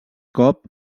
cop